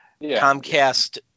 Comcast